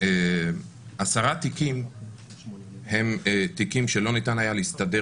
10 תיקים הם תיקים שלא ניתן היה להסתדר